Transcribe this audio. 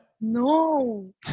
No